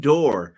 Door